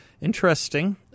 Interesting